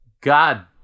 God